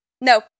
No